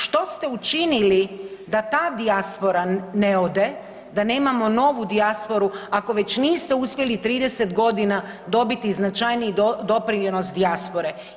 Što ste učinili da ta dijaspora ne ode, da nemamo novu dijasporu ako već niste uspjeli 30 godina dobiti značajniji doprinos dijaspore.